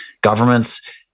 governments